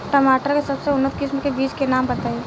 टमाटर के सबसे उन्नत किस्म के बिज के नाम बताई?